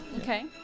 Okay